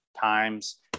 times